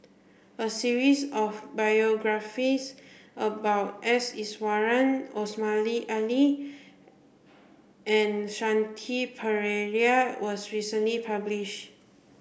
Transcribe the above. a series of biographies about S Iswaran Omar Ali and Shanti Pereira was recently published